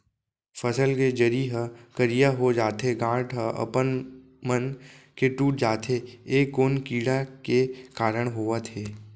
फसल के जरी ह करिया हो जाथे, गांठ ह अपनमन के टूट जाथे ए कोन कीड़ा के कारण होवत हे?